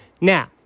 Now